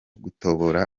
gutobora